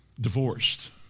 Divorced